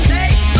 Take